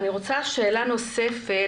אני רוצה שאלה נוספת.